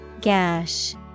Gash